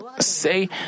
say